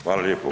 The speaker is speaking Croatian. Hvala lijepo.